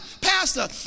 pastor